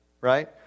right